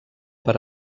per